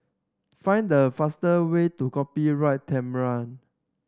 find the fastest way to Copyright